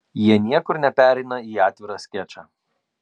jie niekur nepereina į atvirą skečą